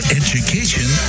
education